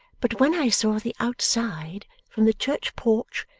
but when i saw the outside, from the church porch,